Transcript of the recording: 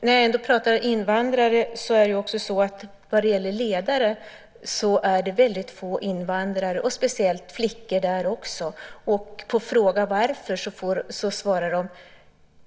När jag ändå pratar om invandrare kan jag också ta upp detta att det är få invandrare som är ledare. Det gäller speciellt bland flickor. På frågan om varför svarar de: